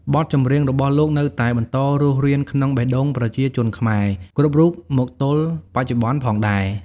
បទចម្រៀងរបស់លោកនៅតែបន្តរស់រានក្នុងបេះដូងប្រជាជនខ្មែរគ្រប់រូបមកទល់បច្ចុប្បន៍ផងដែរ ។